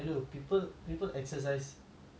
err eight hours already